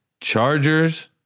Chargers